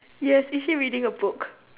yes is he reading a book